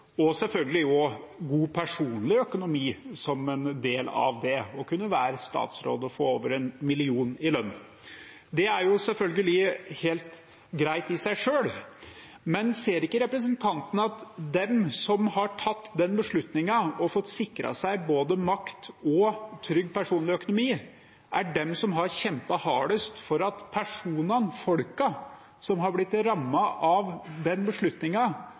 og selvfølgelig god personlig økonomi som en del av det å kunne være statsråd og få over 1 mill. kr i lønn. Det er selvfølgelig helt greit i seg selv. Men ser ikke representanten at de som har tatt den beslutningen og fått sikret seg både makt og trygg personlig økonomi, er de som har kjempet hardest for at personene som er blitt rammet av